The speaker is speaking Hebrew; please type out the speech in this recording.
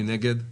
מי נגד?